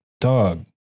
dog